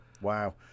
wow